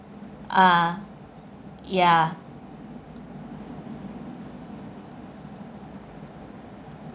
ah ya